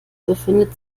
befindet